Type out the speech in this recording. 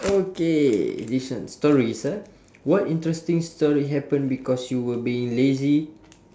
okay this one stories ah what interesting story happened because you were being lazy